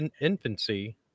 infancy